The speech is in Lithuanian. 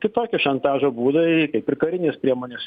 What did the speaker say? kitoki šantažo būdai kaip ir karinės priemonės